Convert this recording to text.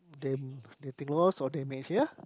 then they think lost or they may fear